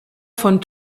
von